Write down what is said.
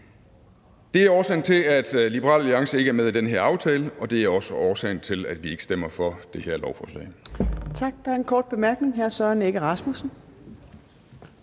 Det er årsagen til, at Liberal Alliance ikke er med i den her aftale. Og det er også årsagen til, at vi ikke stemmer for det her lovforslag.